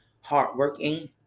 hardworking